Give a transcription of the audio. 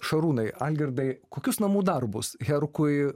šarūnai algirdai kokius namų darbus herkui